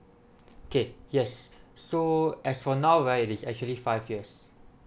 okay yes so as for now right it is actually five years